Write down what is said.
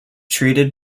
treated